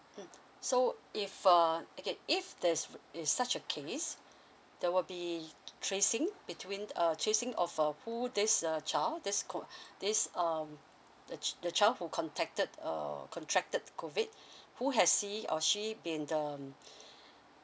mmhmm so if uh okay if there's is such a case there will be tracing between uh chasing of uh who this uh child this co~ this um the chi~ the child who contacted uh contracted COVID who has he or she been um